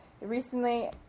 Recently